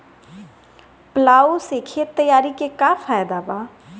Plough से खेत तैयारी के का फायदा बा?